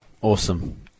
Awesome